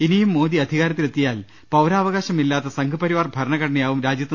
ഇനിയും മോദി അധികാരത്തിൽ എത്തിയാൽ പൌരവകാശമില്ലാത്ത സംഘപരിവാർ ഭരണഘടനയാവും രാജ്യത്തു